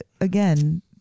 again